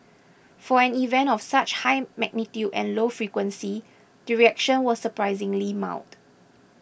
for an event of such high magnitude and low frequency the reaction was surprisingly mild